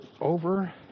over